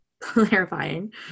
Clarifying